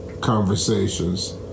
conversations